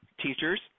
teachers